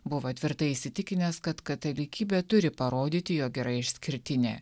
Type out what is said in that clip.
buvo tvirtai įsitikinęs kad katalikybė turi parodyti jog yra išskirtinė